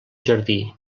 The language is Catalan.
jardí